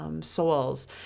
souls